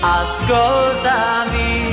ascoltami